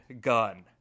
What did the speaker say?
gun